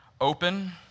open